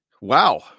Wow